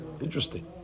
Interesting